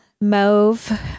mauve